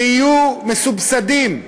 שיהיו מסובסדים?